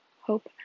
hope